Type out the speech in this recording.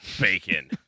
bacon